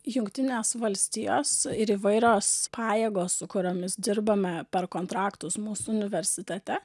jungtinės valstijos ir įvairios pajėgos su kuriomis dirbame per kontraktus mūsų universitete